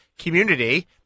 community